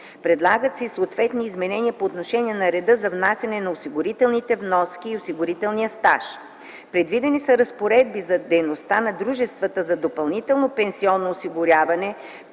Предлагат се и съответни изменения по отношение на реда за внасяне на осигурителните вноски и осигурителния стаж. Предвидени са разпоредби за дейността на дружествата за допълнително пенсионно осигуряване